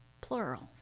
plural